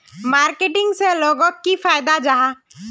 Marketing से लोगोक की फायदा जाहा?